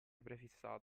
prefissato